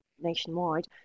nationwide